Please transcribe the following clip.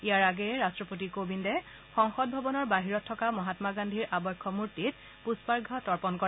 ইয়াৰ আগেয়ে ৰাট্টপতি কোবিন্দে সংসদ ভৱনৰ বাহিৰত থকা মহাম্মা গান্ধীৰ আৱক্ষ মূৰ্তিত পুষ্পাৰ্ঘ্য তৰ্পন কৰে